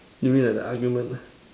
you mean like the argument